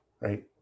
Right